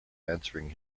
answering